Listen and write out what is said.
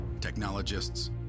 technologists